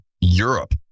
Europe